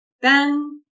Ben